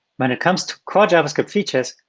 when it comes to core javascript features,